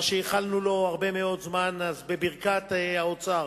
מה שייחלנו לו הרבה מאוד זמן, אז בברכת האוצר